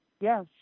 Yes